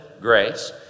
Grace